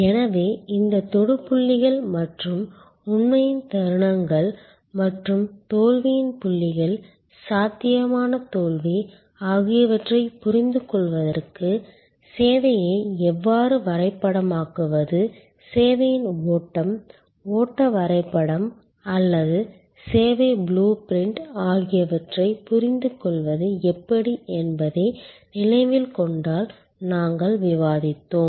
எனவே இந்த தொடு புள்ளிகள் மற்றும் உண்மையின் தருணங்கள் மற்றும் தோல்வியின் புள்ளிகள் சாத்தியமான தோல்வி ஆகியவற்றைப் புரிந்துகொள்வதற்கு சேவையை எவ்வாறு வரைபடமாக்குவது சேவையின் ஓட்டம் ஓட்ட வரைபடம் அல்லது சேவை புளூ பிரிண்ட் ஆகியவற்றைப் புரிந்துகொள்வது எப்படி என்பதை நினைவில் கொண்டால் நாங்கள் விவாதித்தோம்